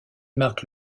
marque